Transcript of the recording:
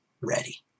ready